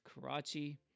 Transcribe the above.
Karachi